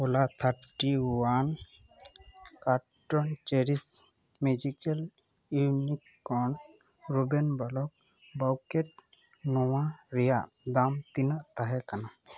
ᱚᱞᱟ ᱛᱷᱟᱨᱴᱤ ᱳᱣᱟᱱ ᱠᱟᱨᱴᱩᱱ ᱪᱮᱨᱤᱥ ᱢᱮᱡᱤᱠᱮᱞ ᱤᱭᱩᱱᱤᱠ ᱠᱚᱱ ᱨᱩᱵᱮᱱ ᱵᱟᱞᱚᱠ ᱵᱟᱣᱠᱮᱴ ᱱᱚᱶᱟ ᱨᱮᱭᱟᱜ ᱫᱟᱢ ᱛᱤᱱᱟᱹᱜ ᱛᱟᱦᱮᱸ ᱠᱟᱱᱟ